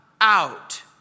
out